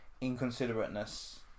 inconsiderateness